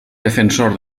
defensor